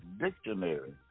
dictionary